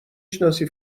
شناسی